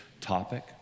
topic